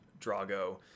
Drago